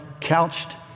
couched